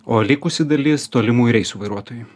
o likusi dalis tolimųjų reisų vairuotojai